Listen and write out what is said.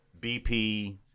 BP